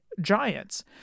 Giants